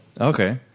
Okay